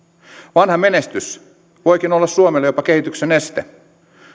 vanha menestys voikin olla suomelle jopa kehityksen este